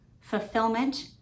fulfillment